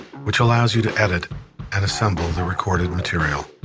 which allows you to edit and assemble the recorded material.